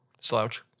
slouch